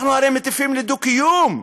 אנחנו הרי מטיפים לדו-קיום,